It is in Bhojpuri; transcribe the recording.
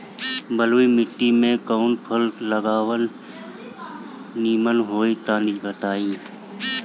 बलुई माटी में कउन फल लगावल निमन होई तनि बताई?